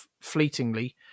fleetingly